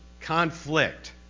conflict